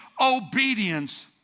Obedience